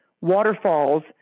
waterfalls